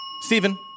Steven